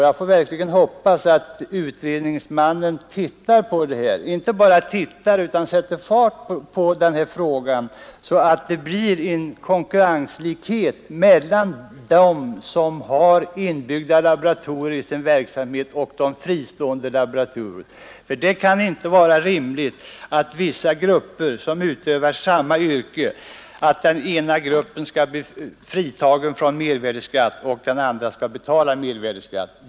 Jag får verkligen hoppas att utredningsmannen inte bara tittar på frågan utan sätter fart på den, så att det blir konkurrenslikhet mellan de laboratorier som är inbyggda i tandläkarnas verksamhet och de fristående laboratorierna. Det kan inte vara rimligt att av två grupper som utövar samma yrke den ena gruppen skall bli fritagen från mervärdeskatt under det att den andra gruppen måste betala denna skatt.